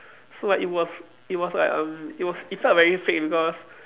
so like it was it was like um it was it felt very fake because